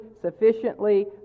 sufficiently